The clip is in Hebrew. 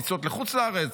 טיסות לחוץ לארץ,